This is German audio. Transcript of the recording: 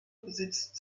besitzt